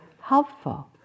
helpful